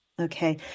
Okay